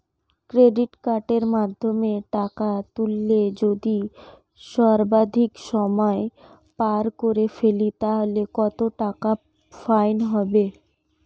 Credit কার্ডের মাধ্যমে টাকা তুললে যদি সর্বাধিক সময় পার করে ফেলি তাহলে কত টাকা ফাইন হবে?